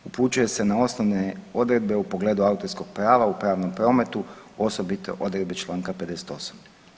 Upućuje se na osnovne odredbe u pogledu autorskog prava u pravnom prometu, osobito odredbe čl. 58.